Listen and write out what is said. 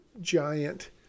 giant